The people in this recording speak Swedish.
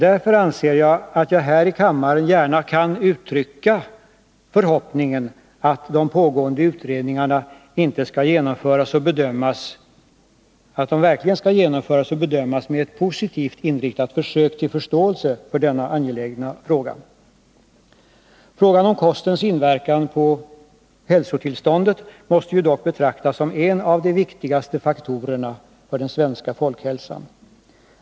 Därför anser jag att jag här i kammaren gärna kan uttrycka förhoppningen att de pågående utredningarna verkligen skall genomföras och bedömas med ett positivt inriktat försök till 7n förståelse för denna angelägna fråga. Frågan om kostens inverkan på hälsotillståndet måste ju dock betraktas som en' av de viktigaste faktorerna för den svenska folkhälsan.